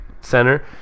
center